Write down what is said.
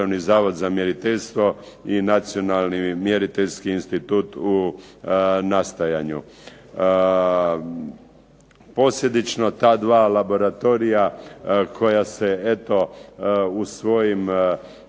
Državni zavod za mjeriteljstvo, i Nacionalni mjeriteljski institut u nastajanju. Posljedično ta dva laboratorija koja se eto u svojim